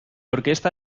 orquesta